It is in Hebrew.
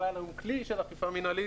לא היה לנו כלי של אכיפה מינהלית